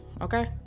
okay